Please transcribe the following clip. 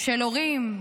של הורים,